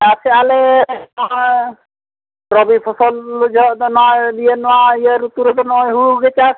ᱪᱟᱥᱭᱮᱜ ᱟᱞᱮ ᱱᱚᱜᱼᱚᱸᱭ ᱨᱚᱵᱤ ᱯᱷᱚᱥᱚᱞ ᱫᱚ ᱡᱚᱦᱚᱜ ᱫᱚ ᱱᱚᱜᱼᱚᱸᱭ ᱤᱭᱟᱹ ᱱᱚᱣᱟ ᱤᱭᱟᱹ ᱨᱮᱫᱚ ᱦᱳᱲᱳ ᱞᱮ ᱪᱟᱥ